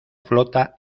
flota